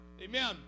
Amen